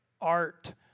art